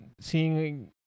seeing